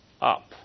up